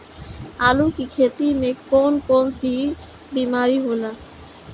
आलू की खेती में कौन कौन सी बीमारी होला?